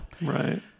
Right